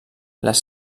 les